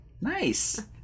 nice